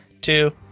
two